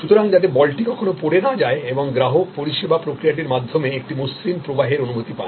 সুতরাং যাতে বলটি কখনোপড়ে না যায় এবং গ্রাহক পরিষেবা প্রক্রিয়াটির মাধ্যমে একটি মসৃণ প্রবাহের অনুভূতি পান